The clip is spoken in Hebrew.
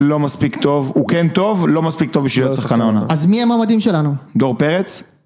לא מספיק טוב. הוא כן טוב, לא מספיק טוב בשביל להיות שחקן העונה. אז מי המועמדים שלנו? דור פרץ